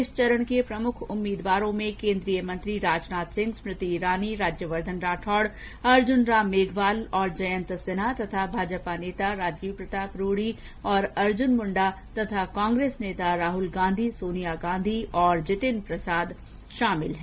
इस चरण के प्रमुख उम्मीदवारों में केंद्रीय मंत्री राजनाथ सिंह स्मृति ईरानी राज्यवर्द्धन राठौर अर्जुन राम मेघवाल और जयंत सिन्हा तथा भाजपा नेता राजीव प्रताप रूडी और अर्जुन मुंडा तथा कांग्रेस नेता राहुल गांधी सोनिया गांधी और जितिन प्रसाद शामिल है